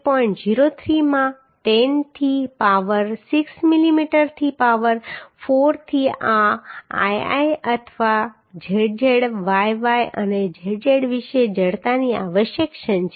03 માં 10 થી power 6 millimetre થી પાવર 4 તેથી આ I I અથવા z z y y અને z z વિશે જડતાની આવશ્યક ક્ષણ છે